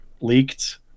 leaked